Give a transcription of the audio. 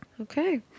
Okay